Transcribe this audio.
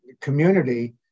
community